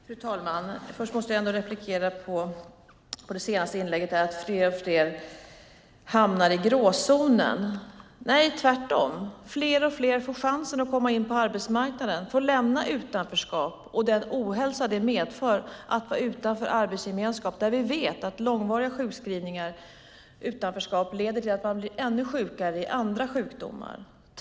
Fru talman! Jag måste replikera på att fler och fler hamnar i gråzonen. Nej, tvärtom. Fler och fler får chansen att komma in på arbetsmarknaden och lämna utanförskap och den ohälsa det medför att vara utanför arbetsgemenskapen. Vi vet att långvariga sjukskrivningar och utanförskap leder till att man blir ännu sjukare i andra sjukdomar.